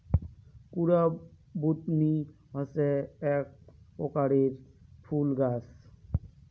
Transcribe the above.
কুরা বুদনি হসে আক রকমের ফুল গাছ